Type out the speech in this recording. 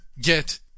get